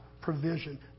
provision